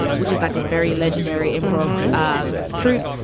which is like a very legendary improv ah troupe.